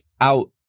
out